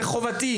בחובתי